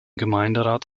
gemeinderat